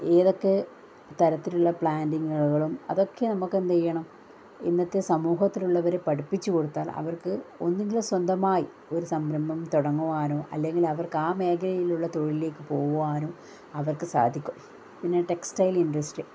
ഏതൊക്കെ തരത്തിലുള്ള പ്ലാനിങ്ങുകളും അതൊക്കെ നമുക്കെന്തെയ്യണം ഇന്നത്തെ സമൂഹത്തിലുള്ളവരെ പഠിപ്പിച്ച് കൊടുത്താൽ അവർക്ക് ഒന്നുങ്കിൽ സ്വന്തമായി ഒരു സംരംഭം തൊടങ്ങുവാനോ അല്ലെങ്കിൽ അവർക്ക് ആ മേഖലയിലേക്കുള്ള തൊഴിലിലേക്ക് പോകുവാനോ അവർക്ക് സാധിക്കും പിന്നെ ടെക്സ്റ്റൈൽ ഇൻഡസ്ട്രി